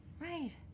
Right